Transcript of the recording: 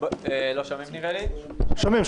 יושב-ראש ועדת החינוך יסכם את הדיון ואז נעבור להצבעה.